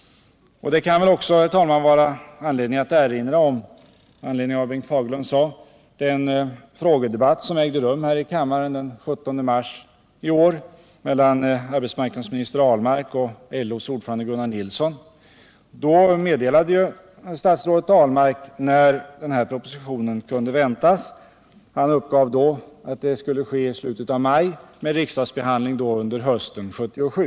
Det kan också, herr talman, med anledning av vad Bengt Fagerlund sade finnas skäl att erinra om den frågedebatt som ägde rum här i kammaren den 17 mars i år mellan arbetsmarknadsministern Ahlmark och LO:s ordförande Gunnar Nilsson. Då meddelade statsrådet Ahlmark när den här propositionen kunde väntas. Han uppgav att den skulle komma i slutet av maj, med riksdagsbehandling under hösten 1977.